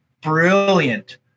brilliant